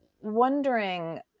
wondering